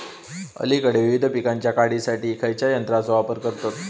अलीकडे विविध पीकांच्या काढणीसाठी खयाच्या यंत्राचो वापर करतत?